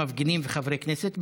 מפגינים וחברי כנסת,